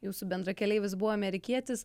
jūsų bendrakeleivis buvo amerikietis